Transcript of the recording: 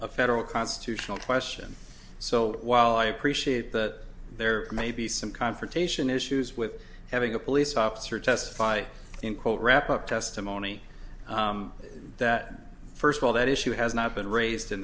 a federal constitutional question so while i appreciate that there may be some confrontation issues with having a police officer testify in quote wrap up testimony that first of all that issue has not been raised in